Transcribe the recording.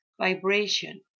vibration